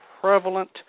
prevalent